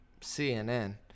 CNN